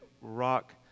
rock